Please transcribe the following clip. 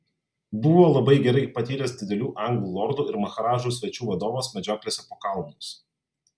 buvo labai gerai patyręs didelių anglų lordų ir maharadžų svečių vadovas medžioklėse po kalnus